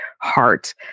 heart